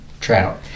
trout